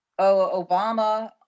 Obama